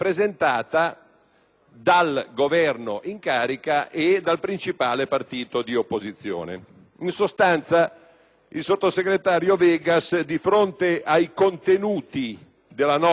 dal Governo in carica e dal principale partito di opposizione. In sostanza, il sottosegretario Vegas, di fronte ai contenuti della nostra proposta,